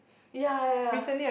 ya ya ya